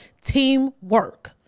teamwork